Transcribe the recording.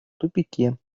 тупике